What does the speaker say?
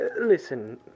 listen